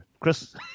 Chris